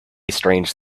strange